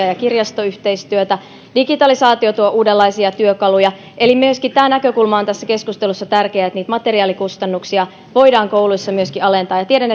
ja kirjastoyhteistyötä digitalisaatio tuo uudenlaisia työkaluja eli myöskin tämä näkökulma on tässä keskustelussa tärkeä että niitä materiaalikustannuksia voidaan kouluissa myöskin alentaa ja ja tiedän